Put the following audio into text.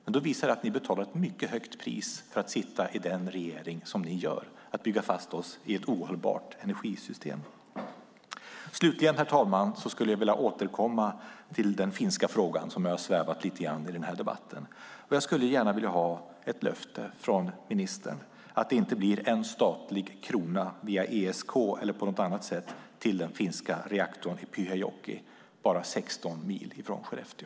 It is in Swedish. Detta visar att ni betalar ett mycket högt pris för att sitta i den regering ni sitter i: att bygga fast oss i ett ohållbart energisystem. Slutligen, herr talman, skulle jag vilja återkomma till den finska frågan, som har svävat lite grann över den här debatten. Jag skulle gärna vilja ha ett löfte från ministern om att det inte blir en enda statlig krona, via SEK eller på något annat sätt, till den finska reaktorn i Pyhäjoki - bara 16 mil från Skellefteå.